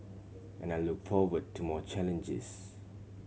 and I look forward to more challenges